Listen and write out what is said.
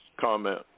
comment